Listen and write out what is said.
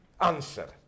answer